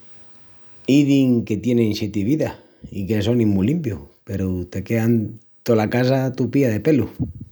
Izin que tienin sieti vidas i que sonin mu limpius peru te quean tola casa tupía de pelus.